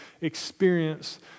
experience